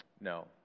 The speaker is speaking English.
No